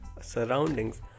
surroundings